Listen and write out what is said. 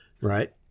right